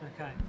Okay